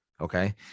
Okay